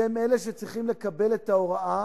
שהם אלה שצריכים לקבל את ההחלטה